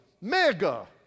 mega